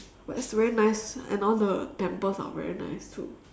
but it's very nice and all the temples are very nice too